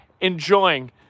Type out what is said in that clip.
enjoying